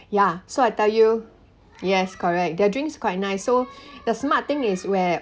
ya so I tell you yes correct their drinks quite nice so the smart thing is where